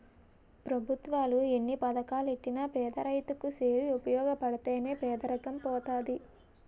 పెభుత్వాలు ఎన్ని పథకాలెట్టినా పేదరైతు కి సేరి ఉపయోగపడితే నే పేదరికం పోతది